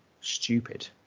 stupid